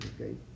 Okay